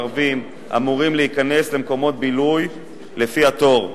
ערבים אמורים להיכנס למקומות בילוי לפי התור,